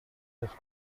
just